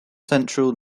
central